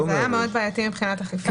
זה היה מאוד בעייתי מבחינת אכיפה.